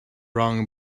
wrong